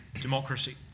democracy